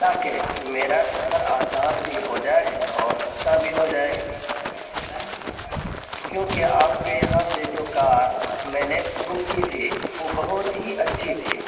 تاکہ میرا سفر آسان بھی ہو جائے اور سستا بھی ہو جائے کیونکہ آپ کے یہاں سے جو کار میں نے بک کی تھی وہ بہت ہی اچھی تھی